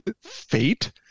fate